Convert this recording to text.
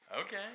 Okay